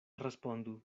respondu